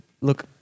look